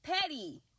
Petty